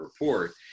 report